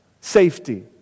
safety